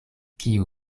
kiu